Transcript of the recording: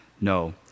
No